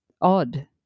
odd